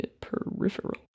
Peripheral